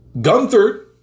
Gunther